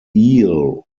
eel